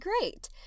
great